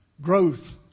growth